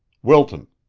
wilton.